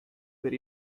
per